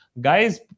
Guys